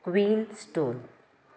Queenstown